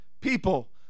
people